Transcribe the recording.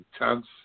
intense